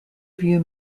view